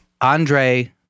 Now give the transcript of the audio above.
Andre